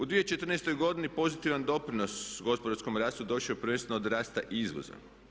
U 2014. godini pozitivan doprinos gospodarskom rastu došao je prvenstveno od rasta izvoza.